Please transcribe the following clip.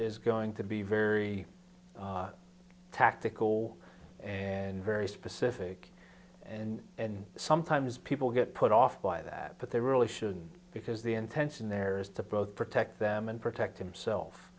is going to be very tactical and very specific and and sometimes people get put off by that but they really shouldn't because the intention there is to both protect them and protect himself